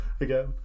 again